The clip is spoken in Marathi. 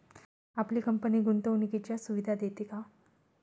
आपली कंपनी गुंतवणुकीच्या सुविधा देते का?